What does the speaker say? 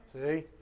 See